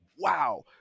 wow